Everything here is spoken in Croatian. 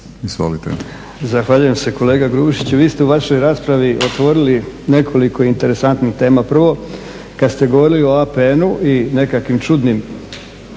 izvolite.